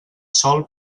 sòl